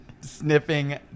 sniffing